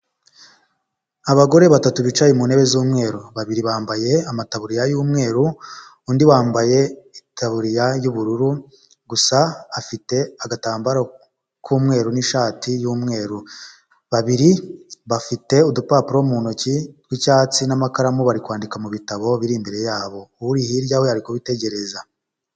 Abagore batatu bicaye mu ntebe z'umweru, babiri bambaye amataburiya y'umweru, undi wambaye itaburiya y'ubururu, gusa afite agatambaro k'umweru n'ishati y'umweru, babiri bafite udupapuro mu ntoki tw'icyatsi n'amakaramu bari kwandika mu bitabo biri imbere yabo, uri hirya we ari kubitegereza.